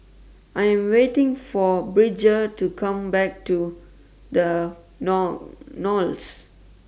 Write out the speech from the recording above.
I Am waiting For Bridger to Come Back to The null Knolls